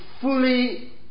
fully